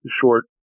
short